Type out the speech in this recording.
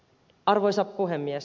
arvoisa puhemies